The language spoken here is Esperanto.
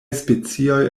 specioj